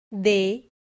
de